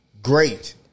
great